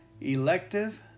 elective